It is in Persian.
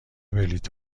بلیط